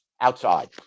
outside